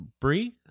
Brie